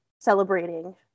celebrating